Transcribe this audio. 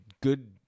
good